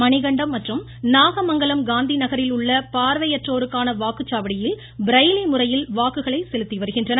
மணிகண்டம் மற்றும் நாகமங்கலம் காந்தி நகரில் உள்ள பார்வையற்றோருக்கான வாக்குச்சாவடியில் பிரெய்லி முறையில் வாக்குகளை செலுத்தி வருகின்றனர்